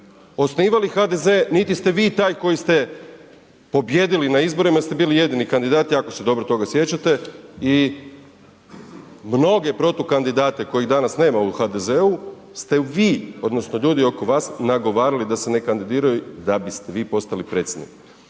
osnivali HDZ, niti ste vi taj koji ste pobijedili na izborima jer ste bili jedini kandidat, jako se dobro toga sjećate i mnoge protukandidate kojih danas nema u HDZ-u ste vi odnosno ljudi oko vas nagovarali da se ne kandidiraju da biste vi postali predsjednik.